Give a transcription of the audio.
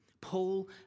Paul